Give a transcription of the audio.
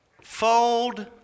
fold